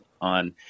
on